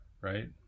right